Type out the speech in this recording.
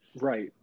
Right